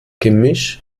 gemisch